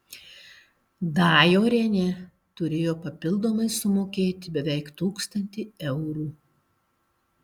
dajorienė turėjo papildomai sumokėti beveik tūkstantį eurų